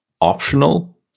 optional